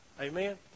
Amen